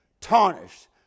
tarnished